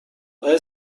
باید